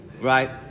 Right